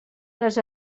les